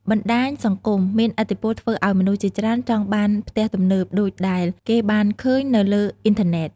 បណ្ដាញសង្គមមានឥទ្ធិពលធ្វើឱ្យមនុស្សជាច្រើនចង់បានផ្ទះទំនើប ដូចដែលគេបានឃើញនៅលើអ៊ីនធឺណេត។